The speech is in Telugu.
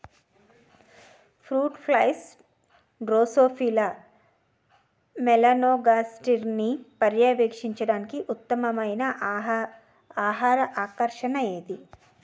ఫ్రూట్ ఫ్లైస్ డ్రోసోఫిలా మెలనోగాస్టర్ని పర్యవేక్షించడానికి ఉత్తమమైన ఆహార ఆకర్షణ ఏది?